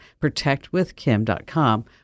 protectwithkim.com